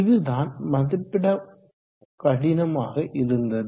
இதுதான் மதிப்பிட கடினமாக இருந்தது